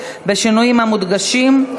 בשינויים המודגשים,